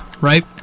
Right